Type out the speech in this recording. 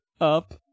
up